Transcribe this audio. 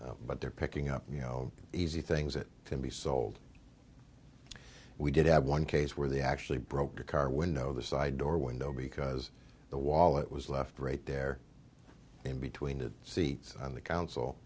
but they're picking up you know easy things that can be sold we did have one case where they actually broke a car window the side door window because the wallet was left right there in between the seats on the council